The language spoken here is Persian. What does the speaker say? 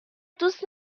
دوست